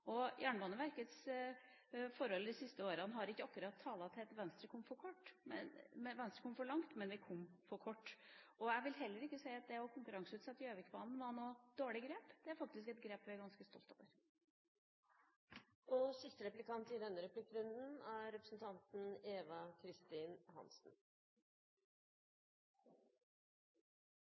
løsninger. Jernbaneverkets forhold de siste åra har ikke akkurat talt for at Venstre kom for langt – vi kom for kort. Jeg vil heller ikke si at det å konkurranseutsette Gjøvikbanen var noe dårlig grep. Det er faktisk et grep vi er ganske stolt over. Jeg merker meg at representanten Skei Grande ikke er så veldig ivrig etter å kommentere forslag fra Fremskrittspartiet, men jeg skal gi henne en ny sjanse. I